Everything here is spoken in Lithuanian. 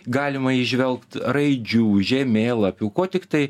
galima įžvelgt raidžių žemėlapių ko tiktai